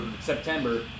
September